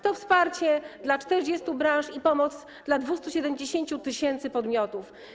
To wsparcie dla 40 branż i pomoc dla 270 tys. podmiotów.